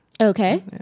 Okay